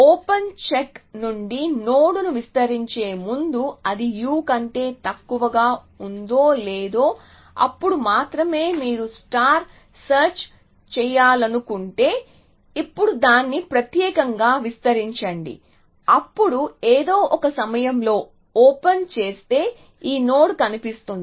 open check నుండి నోడ్ను విస్తరించే ముందు అది U కంటే తక్కువగా ఉందో లేదో అప్పుడు మాత్రమే మీరు స్టార్ సెర్చ్ చేయాలను కుంటే ఇప్పుడు దాన్ని ప్రత్యేకంగా విస్తరించండి అప్పుడు ఏదో ఒక సమయంలో ఓపెన్ చేస్తే ఈ నోడ్ కనిపిస్తుంది